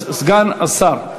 סגן השר.